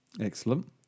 excellent